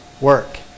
work